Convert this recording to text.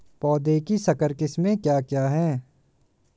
पौधों की संकर किस्में क्या क्या हैं?